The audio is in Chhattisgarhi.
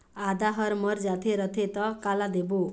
आदा हर मर जाथे रथे त काला देबो?